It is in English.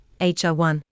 HR1